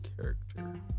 character